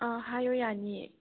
ꯑꯥ ꯍꯥꯏꯑꯣ ꯌꯥꯅꯤꯑꯦ